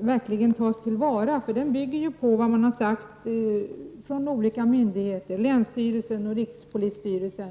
verkligen tas till vara. Den bygger på vad som har sagts från olika myndigheter, bl.a. länsstyrelsen och rikspolisstyrelsen.